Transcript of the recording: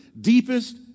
deepest